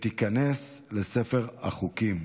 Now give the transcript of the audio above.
ותיכנס לספר החוקים.